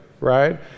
right